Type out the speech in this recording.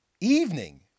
evening